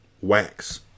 Wax